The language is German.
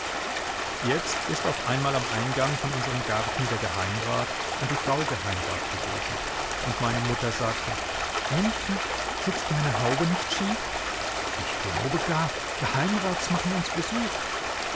jetzt ist auf einmal am eingang von unserem garten der geheimrat und die frau geheimrat gewesen und meine mutter sagte ännchen sitzt meine haube nicht schief ich glaube gar geheimrats machen uns besuch